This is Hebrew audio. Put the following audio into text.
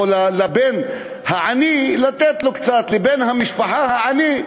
או לבן העני, לתת לו קצת, לבן המשפחה העני,